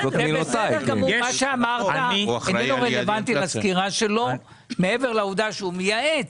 מה שאמרת אינו רלוונטי לסקירה שלו מעבר לעובדה שהוא מייעץ.